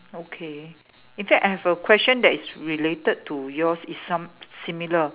okay in fact I have a question that is related to yours is some similar